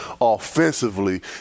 offensively